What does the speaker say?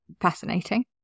fascinating